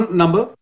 number